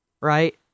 Right